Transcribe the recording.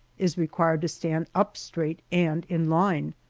is required to stand up straight and in line.